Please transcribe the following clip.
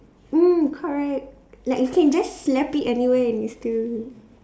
mm correct like you can just slap it anywhere and it still